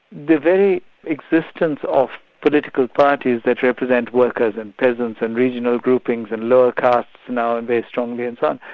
the very existence of political parties that represent workers and peasants and regional groupings and lower castes now and based strongly and so on,